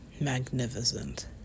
Magnificent